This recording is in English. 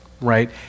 right